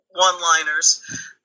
one-liners